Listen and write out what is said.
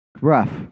Rough